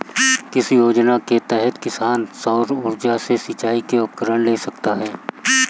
किस योजना के तहत किसान सौर ऊर्जा से सिंचाई के उपकरण ले सकता है?